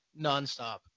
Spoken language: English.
nonstop